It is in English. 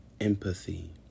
empathy